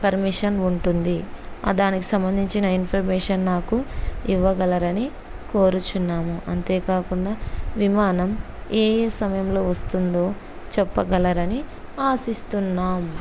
permission ఉంటుంది దానికి సంబంధించిన ఇన్ఫర్మేషన్ నాకు ఇవ్వగలరని కోరుచున్నాము అంతేకాకుండా విమానం ఏ ఏ సమయంలో వస్తుందో చెప్పగలరని ఆశిస్తున్నాము